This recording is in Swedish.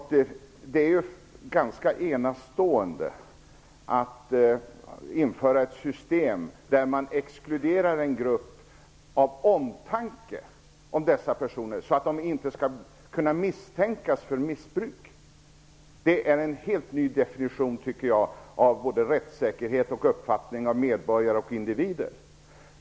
Herr talman! Det är ganska enastående att införa ett system där man exkluderar en grupp personer av omtanke om att de inte skall kunna misstänkas för missbruk. Jag tycker att det är en helt ny definition av både rättssäkerheten och uppfattningen om medborgare och individer.